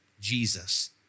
Jesus